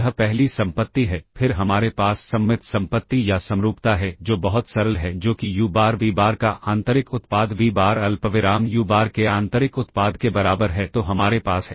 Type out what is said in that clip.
यह पहली संपत्ति है फिर हमारे पास सममित संपत्ति या समरूपता है जो बहुत सरल है जो कि यू बार वी बार का आंतरिक उत्पाद वी बार अल्पविराम यू बार के आंतरिक उत्पाद के बराबर है तो हमारे पास है